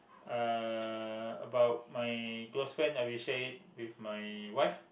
uh about my close friend I will share it with my wife